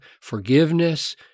forgiveness